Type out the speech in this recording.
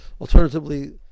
alternatively